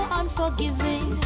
unforgiving